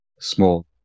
small